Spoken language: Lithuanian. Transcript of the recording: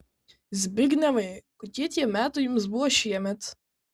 zbignevai kokie tie metai jums buvo šiemet